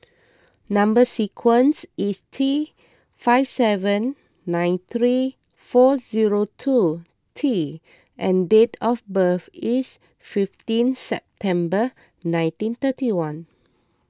Number Sequence is T five seven nine three four zero two T and date of birth is fifteen September nineteen thirty one